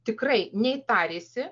tikrai nei tarėsi